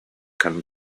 kann